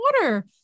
water